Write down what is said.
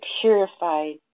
purified